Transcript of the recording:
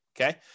okay